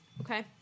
Okay